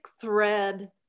thread